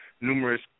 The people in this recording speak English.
numerous